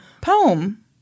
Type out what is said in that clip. poem